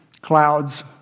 clouds